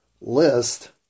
list